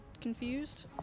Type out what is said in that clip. confused